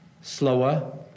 slower